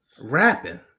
Rapping